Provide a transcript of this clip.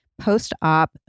post-op